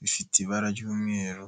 bifite ibara ry'umweru.